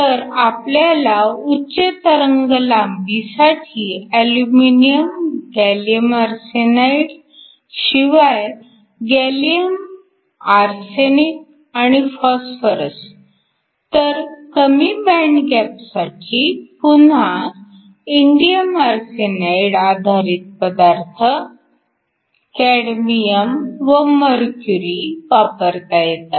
तर आपल्याला उच्च तरंगलांबीसाठी अल्युमिनिअम गॅलीअम आरसेनाइड शिवाय गॅलीअम आरसेनिक आणि फॉस्फरस तर कमी बँड गॅपसाठी पुन्हा इंडियम आरसेनाइड आधारित पदार्थ कॅडमियम व मर्क्युरी वापरता येतात